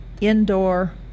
indoor